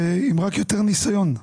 רק עם יותר ניסיון.